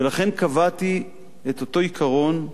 ולכן קבעתי את אותו עיקרון,